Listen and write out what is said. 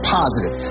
positive